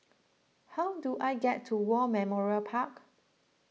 how do I get to War Memorial Park